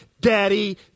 daddy